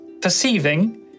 perceiving